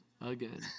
again